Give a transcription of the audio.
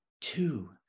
two